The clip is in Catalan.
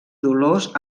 dolors